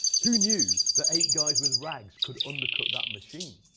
who knew that eight guys with rags could undercut that machine?